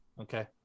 Okay